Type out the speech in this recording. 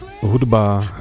hudba